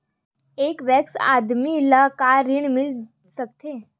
एक वयस्क आदमी ला का ऋण मिल सकथे?